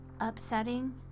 upsetting